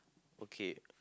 okay